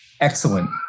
excellent